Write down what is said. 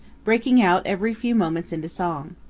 breaking out every few moments into song.